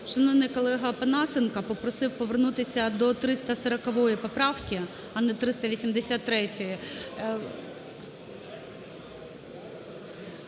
шановний колега Опанасенко, попросив повернутися до 340 поправки, а не 383-ї…